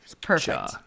Perfect